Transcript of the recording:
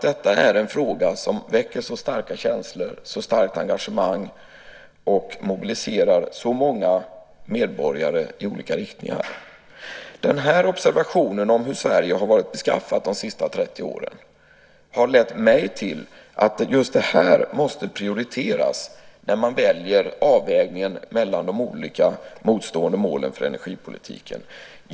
Detta är nämligen en fråga som väcker så starka känslor, så starkt engagemang och som mobiliserar så många medborgare i olika riktningar. Observationen om hur Sverige har varit beskaffat de senaste 30 åren har lett mig till att just det här måste prioriteras när man gör avvägningen mellan de olika motstående målen för energipolitiken.